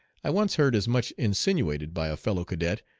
i once heard as much insinuated by a fellow-cadet,